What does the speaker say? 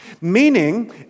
Meaning